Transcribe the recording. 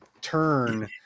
turn